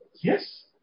Yes